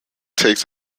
takes